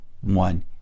one